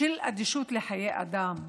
של אדישות לחיי אדם,